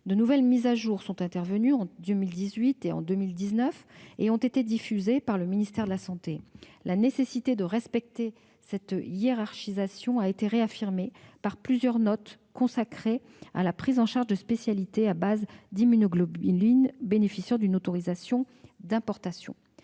De nouvelles mises à jour ont eu lieu en 2018 et 2019 et ont été diffusées par le ministère de la santé. La nécessité de respecter cette hiérarchisation a été réaffirmée par plusieurs notes consacrées à la prise en charge de spécialités à base d'immunoglobulines bénéficiant d'une autorisation d'importation.